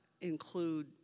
include